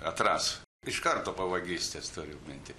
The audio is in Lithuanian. atras iš karto po vagystės turiu minty